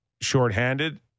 shorthanded